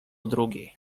drugiej